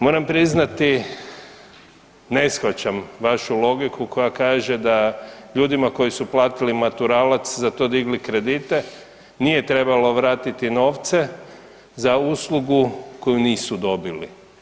Moram priznati, ne shvaćam vašu logiku koja kaže da ljudima koji su platili maturalac, za to digli kredite, nije trebalo vratiti novce za uslugu koju nisu dobili.